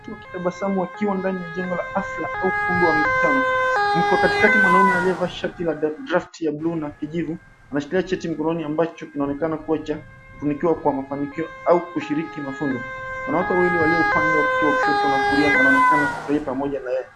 Watu wakitabasamu wakiwa katika jengo la afya au ukumbi wa makutano yuko katikati mwanaume aliye valia shati ya [cs ] draft [cs ] ya bluu na kijivu. Anashikilia cheti mkononi ambacho kinaonekana kuwa cha kutunukiwa kwa mafanikio au kushiriki mafunzo. Wanawake Wawili wakiwa upande wa kushoto na kulia wanaonekana kufurai pamoja na yeye.